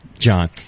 john